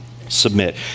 Submit